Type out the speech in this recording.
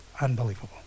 unbelievable